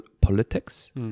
politics